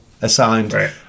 assigned